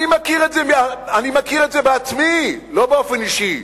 אני מכיר את זה בעצמי, לא באופן אישי,